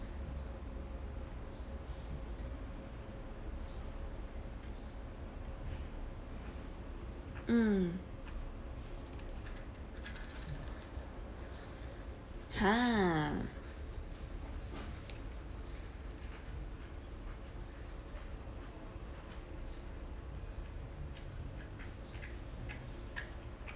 mm !huh!